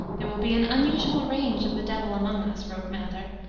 there will be an unusual range of the devil among us, wrote mather,